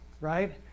right